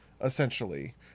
essentially